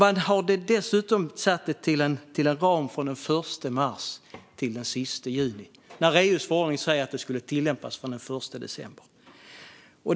Man har dessutom satt en ram från den 1 mars till den 30 juni, när EU:s förordning säger att det skulle tillämpas från den 1 december.